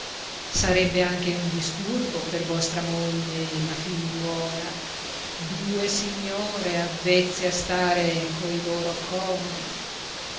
sarebbe anche un disturbo per vostra moglie e la figliuola due signore avvezze a stare coi loro comodi